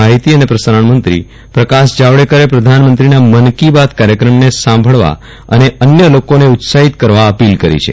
માહીતી અને પ્રસારણમંત્રી પ્રકાશ જાવડેકરે પ્રધાનમંત્રીના મન કી બાત કાર્યક્રમને સાંભળવા અને અન્ય લોકોને ઉત્સાહિત કરવા અપીલ કરી છે